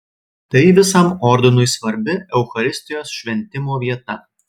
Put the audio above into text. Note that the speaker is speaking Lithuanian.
tai visam ordinui svarbi eucharistijos šventimo vieta